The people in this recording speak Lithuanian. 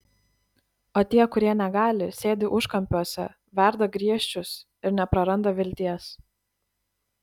o tie kurie negali sėdi užkampiuose verda griežčius ir nepraranda vilties